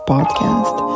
Podcast